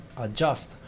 adjust